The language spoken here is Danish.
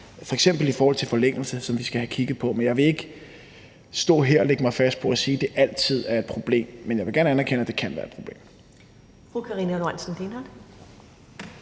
i forhold til forlængelse, som vi skal have kigget på. Men jeg vil ikke står her og lægge mig fast på at sige, at det altid er et problem. Men jeg vil gerne anerkende, at det kan være et problem.